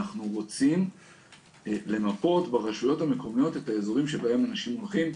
אנחנו רוצים למפות ברשויות המקומיות את האזורים שבהם אנשים הולכים.